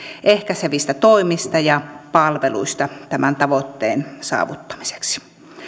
ehkäisevistä toimista ja palveluista tämän tavoitteen saavuttamiseksi